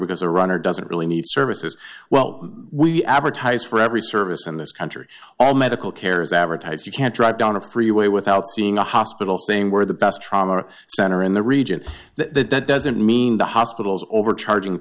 because a runner doesn't really need services well we advertise for every service in this country all medical care is advertised you can't drive down a freeway without seeing a hospital saying we're the best trauma center in the region that doesn't mean the hospitals overcharging